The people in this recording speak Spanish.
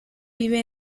vive